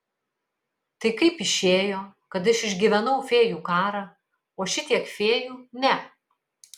tai kaip išėjo kad aš išgyvenau fėjų karą o šitiek fėjų ne